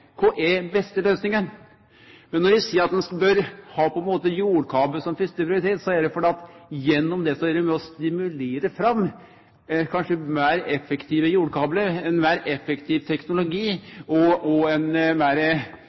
Kva er den beste løysinga? Når eg seier at ein bør ha jordkabel som fyrste prioritet, så er det fordi ein gjennom det er med på å stimulere fram kanskje meir effektive jordkablar, ein meir effektiv teknologi og ein meir